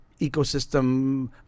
ecosystem